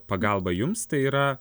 pagalba jums tai yra